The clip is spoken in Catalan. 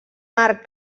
arc